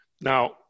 Now